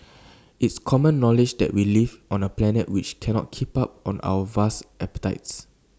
it's common knowledge that we live on A planet which cannot keep up on our vast appetites